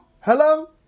hello